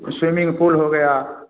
swimming pool हो गया